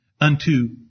Unto